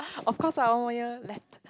of course lah one more year left